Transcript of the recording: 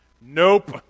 Nope